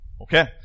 Okay